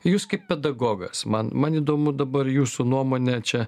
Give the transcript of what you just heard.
jūs kaip pedagogas man man įdomu dabar jūsų nuomone čia